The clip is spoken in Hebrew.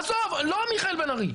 עזוב, לא מיכאל בן ארי.